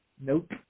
Nope